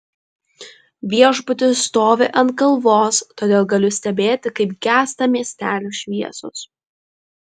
viešbutis stovi ant kalvos todėl galiu stebėti kaip gęsta miestelio šviesos